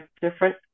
different